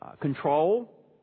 control